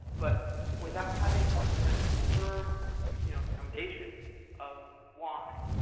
but without having kind of the firm you know foundation of why.